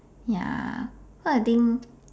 ya so I think